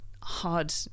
hard